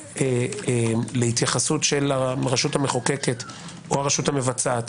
להתייחסות הרשות המחוקקת או הרשות המבצעת